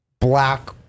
black